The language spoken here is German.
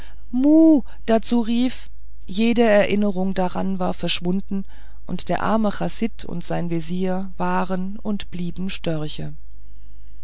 dazu rief jede erinnerung daran war verschwunden und der arme chasid und sein vezier waren und blieben störche